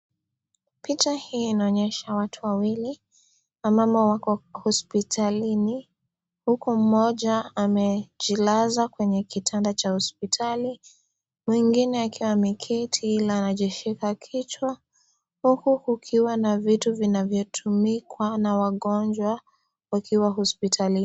Picha hii inaonyesha watu wawili ambamo wako hospitalini huku mmoja amejilaza kwenye kitanda cha hopsitali mwingine akiwa ameketi ila anajishika kichwa huku kukiwa na vitu vinavyotumikwa na wagonjwa wakiwa hospitalini.